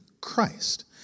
Christ